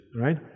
right